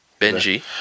Benji